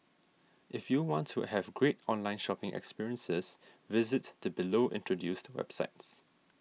if you want to have great online shopping experiences visit the below introduced websites